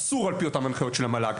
אסור על פי אותם ההנחיות של המל"ג,